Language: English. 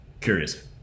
curious